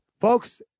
folks